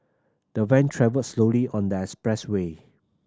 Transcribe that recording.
the van travelled slowly on that expressway